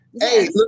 hey